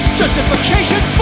justification